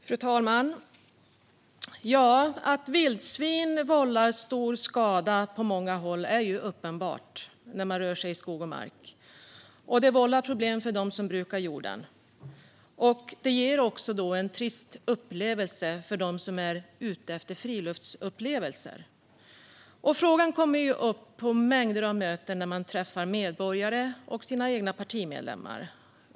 Fru talman! Att vildsvin vållar stor skada på många håll är uppenbart när man rör sig i skog och mark. De vållar också problem för dem som brukar jorden. Det ger en trist upplevelse för dem som är ute efter friluftsupplevelser. Denna fråga kommer upp på mängder av möten när man träffar medborgare och sina egna partimedlemmar.